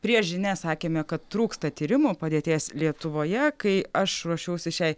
prieš žinias sakėme kad trūksta tyrimų padėties lietuvoje kai aš ruošiausi šiai